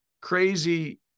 crazy